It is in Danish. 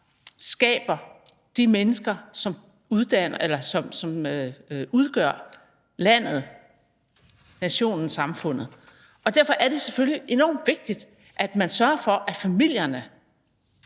skaber de mennesker, som udgør landet, nationen, samfundet, og derfor er det selvfølgelig enormt vigtigt, at man sørger for, at familierne